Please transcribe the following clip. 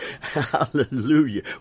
Hallelujah